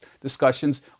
discussions